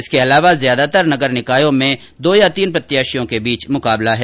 इसके अलावा ज्यादातर नगर निकायों में दो या तीन प्रत्याशियों के बीच मुकाबला है